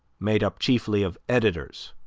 made up chiefly of editors,